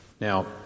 Now